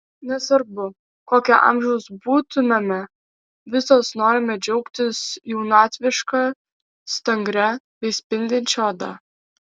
nesvarbu kokio amžiaus būtumėme visos norime džiaugtis jaunatviška stangria bei spindinčia oda